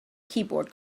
keyboard